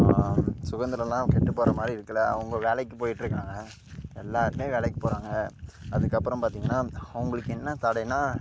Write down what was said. சுதந்திரம்லாம் கெட்டு போகற மாதிரி இருக்குல்ல அவங்க வேலைக்கு போய்கிட்டு இருக்காங்க எல்லாருமே வேலைக்கு போகறாங்க அதற்கப்பறம் பார்த்திங்கன்னா அவங்களுக்கு என்ன தடைன்னா